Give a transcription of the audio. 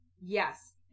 yes